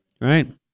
Right